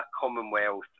Commonwealth